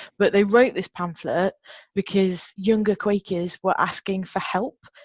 but they wrote this pamphlet because younger quakers were asking for help,